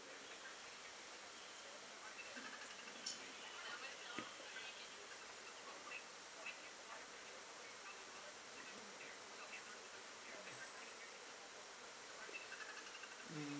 mm